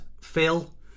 Phil